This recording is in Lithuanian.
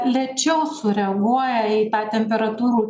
lėčiau sureaguoja į tą temperatūrų